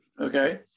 okay